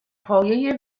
پایه